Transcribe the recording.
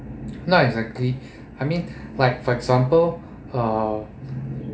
not exactly I mean like for example uh